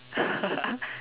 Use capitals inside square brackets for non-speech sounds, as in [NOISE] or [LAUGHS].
[LAUGHS]